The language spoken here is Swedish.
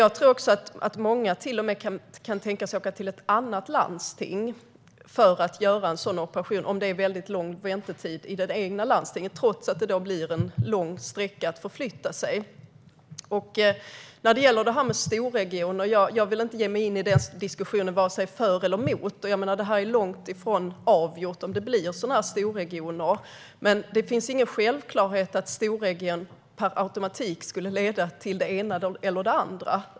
Jag tror att många till och med kan tänka sig att åka till ett annat landsting för att göra en sådan operation, om det är lång väntetid i det egna landstinget, trots att det blir en lång sträcka att förflytta sig. Jag vill inte ge mig in i diskussionen om storregioner och är varken för eller emot. Det är långt ifrån avgjort om det kommer att bli några storregioner. Men det är inte självklart att storregioner per automatik skulle leda till det ena eller det andra.